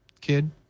kid